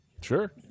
Sure